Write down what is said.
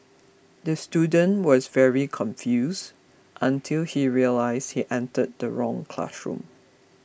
the student was very confused until he realised he entered the wrong classroom